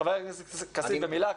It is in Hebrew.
חבר הכנסת כסיף, במילה.